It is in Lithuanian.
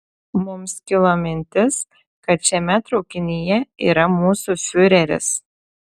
mums kilo mintis kad šiame traukinyje yra mūsų fiureris